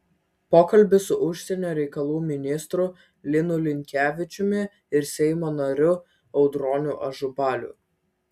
pokalbis su užsienio reikalų ministru linu linkevičiumi ir seimo nariu audroniu ažubaliu